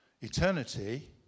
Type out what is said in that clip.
Eternity